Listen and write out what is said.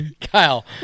Kyle